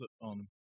on